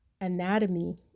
anatomy